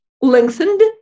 lengthened